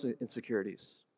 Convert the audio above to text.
insecurities